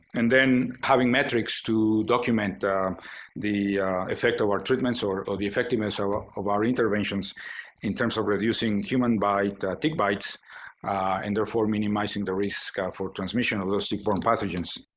and then having metrics to document the effect of our treatments or or the effectiveness of our interventions in terms of reducing human bite tick bites and therefore, minimizing the risk ah for transmission of those tick-borne pathogens.